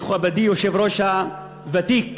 מכובדי, היושב-ראש הוותיק